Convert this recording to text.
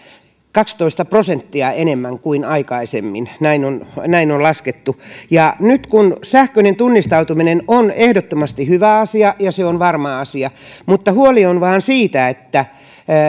kaksitoista prosenttia enemmän kuin aikaisemmin näin on näin on laskettu sähköinen tunnistautuminen on ehdottomasti hyvä asia ja se on varma asia mutta huoli on vain siitä